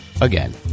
again